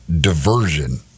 diversion